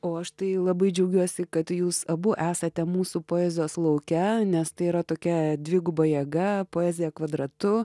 o aš tai labai džiaugiuosi kad jūs abu esate mūsų poezijos lauke nes tai yra tokia dviguba jėga poezija kvadratu